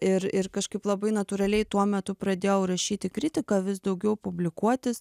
ir ir kažkaip labai natūraliai tuo metu pradėjau rašyti kritiką vis daugiau publikuotis